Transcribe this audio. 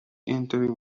entering